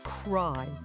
cry